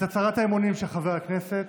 את הצהרת האמונים של חבר הכנסת,